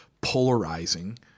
polarizing